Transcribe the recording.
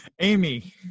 Amy